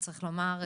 צריך לומר,